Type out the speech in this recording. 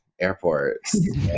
airports